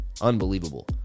Unbelievable